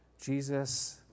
Jesus